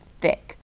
thick